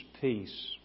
peace